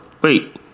wait